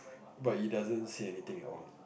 but it doesn't say anything at all